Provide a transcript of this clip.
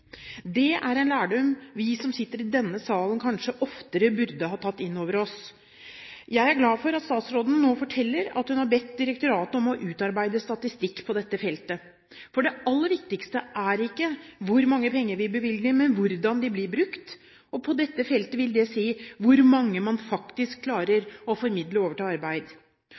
Det er en lærdom vi som sitter i denne salen, kanskje oftere burde ha tatt inn over oss. Jeg er glad for at statsråden nå forteller at hun har bedt direktoratet om å utarbeide statistikk på dette feltet, for det aller viktigste er ikke hvor mange penger vi bevilger, men hvordan de blir brukt, og på dette feltet vil det si hvor mange man faktisk klarer å formidle over til arbeid.